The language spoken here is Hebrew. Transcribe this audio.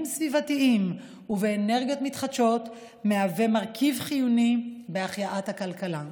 סביבתיים ובאנרגיות מתחדשות מהווה מרכיב חיוני בהחייאת הכלכלה.